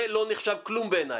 זה לא נחשב כלום בעיניי.